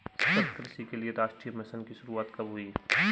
सतत कृषि के लिए राष्ट्रीय मिशन की शुरुआत कब हुई?